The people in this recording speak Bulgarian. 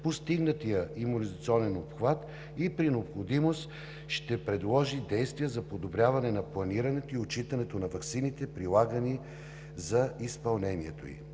постигнатия имунизационен обхват и при необходимост ще предложи действия за подобряване на планирането и отчитането на ваксините, прилагани за изпълнението ѝ.